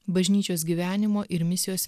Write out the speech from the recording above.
bažnyčios gyvenimo ir misijos